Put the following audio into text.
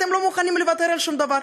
אתם לא מוכנים לוותר על שום דבר,